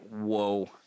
whoa